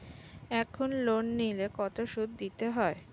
এখন লোন নিলে কত সুদ দিতে হয়?